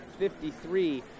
53